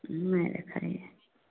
नहि देखलियै